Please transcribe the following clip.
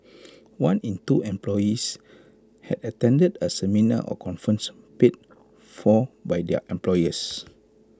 one in two employees had attended A seminar or conference paid for by their employers